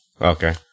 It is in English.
Okay